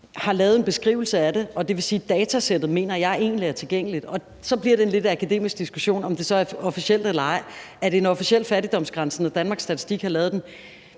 har lavet en beskrivelse af det, og det vil sige, at datasættet mener jeg egentlig er tilgængeligt. Og så bliver det en lidt akademisk diskussion, om det så er officielt eller ej. Er det en officiel fattigdomsgrænse, når Danmarks Statistik har lavet den?